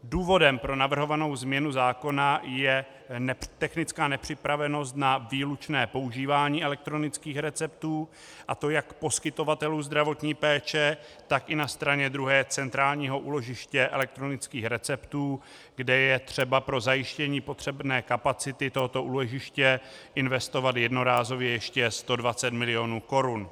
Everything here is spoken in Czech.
Důvodem pro navrhovanou změnu zákona je technická nepřipravenost na výlučné používání elektronických receptů, a to jak poskytovatelů zdravotní péče, tak i na straně druhé centrálního úložiště elektronických receptů, kde je třeba pro zajištění potřebné kapacity tohoto úložiště investovat jednorázově ještě 120 mil. korun.